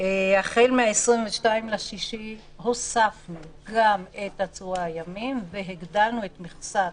החל מ-22 ביוני הוספנו גם את עצורי הימים והגדלנו את מכסת